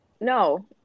No